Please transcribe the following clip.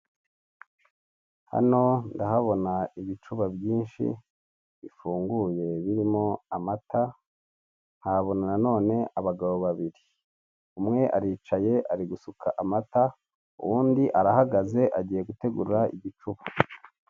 Hano ndahabona ibicuba byinshi bifunguye birimo amata nkahabona nanone abagabo babiri, umwe aricaye ari gusuka amata uwundi arahagaze agiye gutegura igicuba.